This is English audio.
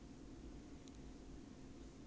bully leh 你